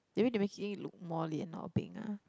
maybe they making it look more lian or beng ah